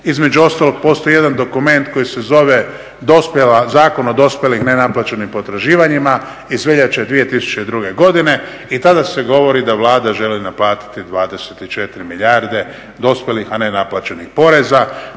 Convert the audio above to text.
Između ostalog postoji jedan dokument koji se zove Zakon o dospjelih nenaplaćenih potraživanjima iz veljače 2002. godine i tada se govori da Vlada želi naplatiti 24 milijarde dospjelih a ne naplaćenih poreza.